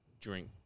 drink